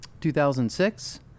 2006